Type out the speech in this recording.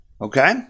Okay